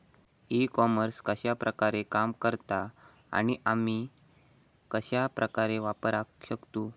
E commerce कश्या प्रकारे काम करता आणि आमी कश्या प्रकारे वापराक शकतू?